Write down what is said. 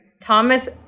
Thomas